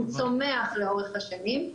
צומח לאורך השנים,